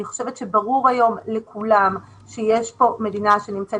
אני חושבת שברור היום לכולם שיש פה מדינה שנמצאת